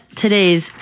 today's